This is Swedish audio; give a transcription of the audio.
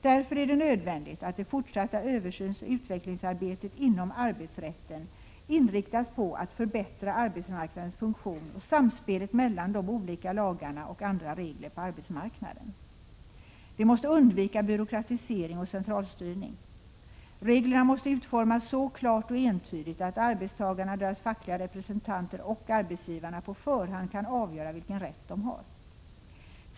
Därför är det nödvändigt att det fortsatta översynsoch utvecklingsarbetet inom arbetsrätten inriktas på att förbättra arbetsmarknadens funktion och samspelet mellan olika lagar och andra regler på arbetsmarknaden. Vi måste undvika byråkratisering och centralstyrning. Reglerna måste utformas så klart och entydigt att arbetstagarna, deras fackliga representanter och arbetsgivarna på förhand kan avgöra vilken rätt de har.